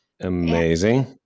Amazing